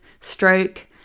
stroke